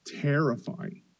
terrifying